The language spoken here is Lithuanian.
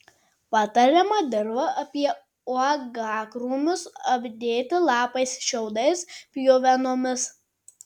patariama dirvą apie uogakrūmius apdėti lapais šiaudais pjuvenomis